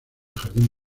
jardín